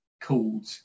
called